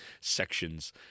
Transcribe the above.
sections